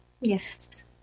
Yes